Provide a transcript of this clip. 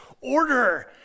order